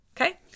Okay